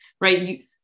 right